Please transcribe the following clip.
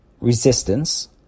resistance